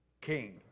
king